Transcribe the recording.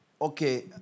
okay